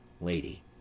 Lady